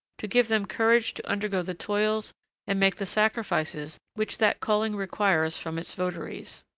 to give them courage to undergo the toils and make the sacrifices which that calling requires from its votaries.